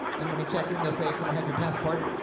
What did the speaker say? and when you check in they'll say, can i have your passport,